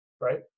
right